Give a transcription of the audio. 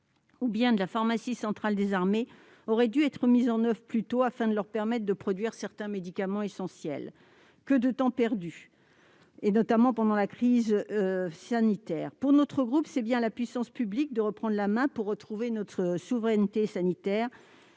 ou encore de la pharmacie centrale des armées aurait dû être fait plus tôt, afin de leur permettre de produire certains médicaments essentiels, Que de temps perdu, notamment pendant la crise sanitaire ! Selon notre groupe, c'est bien à la puissance publique de reprendre la main pour que nous retrouvions notre souveraineté sanitaire.